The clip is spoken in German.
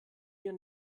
wir